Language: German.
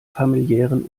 familiären